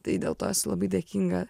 tai dėl to esu labai dėkinga